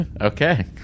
Okay